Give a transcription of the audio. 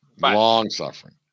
Long-suffering